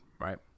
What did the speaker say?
right